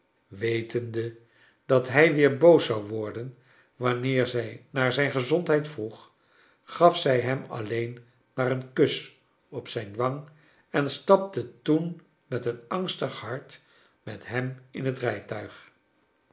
wetende dat hij weer boos zou worden wanneer zij naar zijn gezondheid vroeg gaf zij hem alleen maar een kus op zijn wang en stapte toen met een angstig hart met hem in het rijtuig